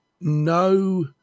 no